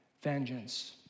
vengeance